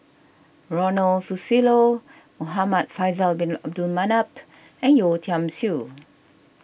Ronald Susilo Muhamad Faisal Bin Abdul Manap and Yeo Tiam Siew